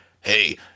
hey